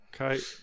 okay